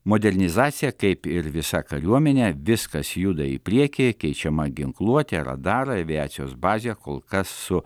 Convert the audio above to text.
modernizacija kaip ir visa kariuomenė viskas juda į priekį keičiama ginkluotė radarai aviacijos bazė kol kas su